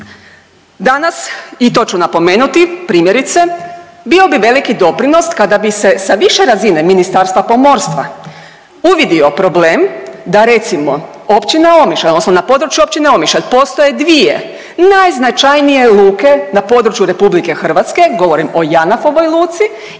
danas i to ću napomenuti primjerice bio bi veliki doprinos kada bi se sa više razine Ministarstva pomorstva uvidio problem da recimo Općina Omišalj odnosno na području Općine Omišalj postoje dvije najznačajnije luke na području RH, govorim o Janafovoj luci